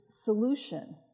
solution